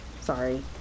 Sorry